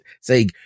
say